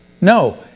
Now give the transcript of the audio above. No